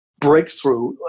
Breakthrough